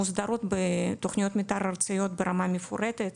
מוסדרות בתוכניות מתאר ארציות ברמה מפורטת,